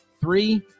three